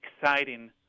exciting